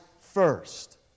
first